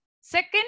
Second